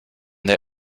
they